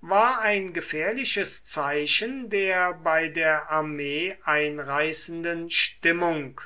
war ein gefährliches zeichen der bei der armee einreißenden stimmung